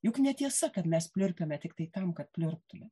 juk netiesa kad mes pliurpiame tiktai tam kad pliurptume